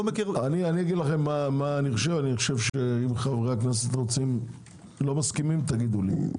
אני חושב - אם חברי הכנסת לא מסכימים, תגידו לי.